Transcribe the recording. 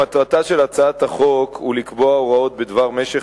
מטרתה של הצעת החוק היא לקבוע הוראות בדבר משך